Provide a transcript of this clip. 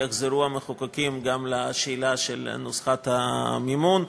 יחזרו המחוקקים גם לשאלת נוסחת המימון,